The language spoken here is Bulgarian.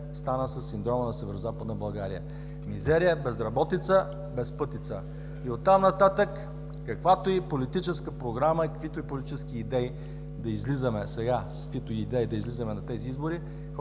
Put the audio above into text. стана със синдрома на Северозападна България – мизерия, безработица, безпътица. И от там нататък с каквато и политическа програма, с каквито и политически идеи да излизаме сега на тези избори,